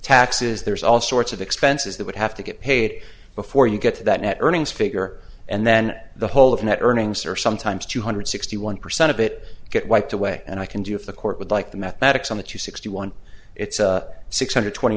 taxes there's all sorts of expenses that would have to get paid before you get to that net earnings figure and then the whole of net earnings are sometimes two hundred sixty one percent of it get wiped away and i can do if the court would like the mathematics on that you sixty one it's six hundred twenty